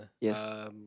Yes